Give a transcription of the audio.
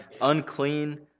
unclean